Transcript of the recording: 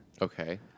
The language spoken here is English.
Okay